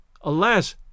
alas